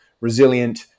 resilient